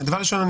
דבר ראשון,